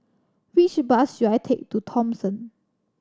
which bus should I take to Thomson